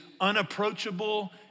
unapproachable